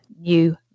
new